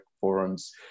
Forum's